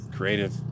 Creative